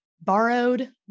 borrowed